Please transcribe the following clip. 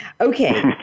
Okay